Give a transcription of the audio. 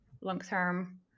long-term